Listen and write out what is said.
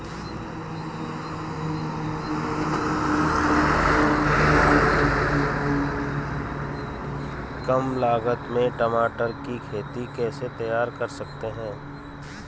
कम लागत में टमाटर की खेती कैसे तैयार कर सकते हैं?